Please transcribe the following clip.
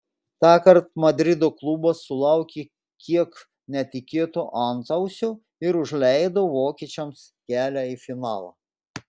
tąkart madrido klubas sulaukė kiek netikėto antausio ir užleido vokiečiams kelią į finalą